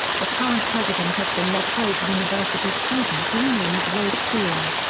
the current president of the la trobe university student union is rose steele.